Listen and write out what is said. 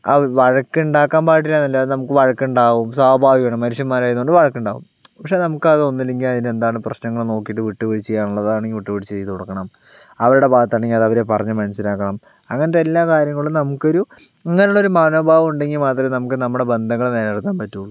വഴക്കുണ്ടാക്കാൻ പാടില്ലായെന്നല്ല അത് നമുക്ക് വഴക്കുണ്ടാവും സ്വാഭാവികമാണ് മനുഷ്യന്മാരായത് കൊണ്ട് വഴക്കുണ്ടാവും പക്ഷേ നമുക്കതൊന്നുമില്ലെങ്കിൽ അതിലെന്താണ് പ്രശ്നങ്ങള് നോക്കീട്ട് വിട്ടുവീഴ്ച ചെയ്യാനുള്ളതാണെങ്കിൽ വിട്ടുവീഴ്ച ചെയ്ത് കൊടുക്കണം അവരുടെ ഭാഗത്താണെങ്കിൽ അത് അവരെ പറഞ്ഞ് മനസ്സിലാക്കണം അങ്ങനത്തെ എല്ലാ കാര്യങ്ങളും നമുക്കൊരു ഇങ്ങനൊരു മനോഭാവമുണ്ടെങ്കിൽ മാത്രമേ നമുക്ക് നമ്മുടെ ബന്ധങ്ങള് നിലനിർത്താൻ പറ്റുകയുളളൂ